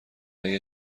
علیه